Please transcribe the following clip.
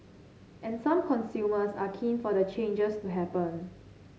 and some consumers are keen for the changes to happen